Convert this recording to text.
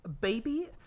Baby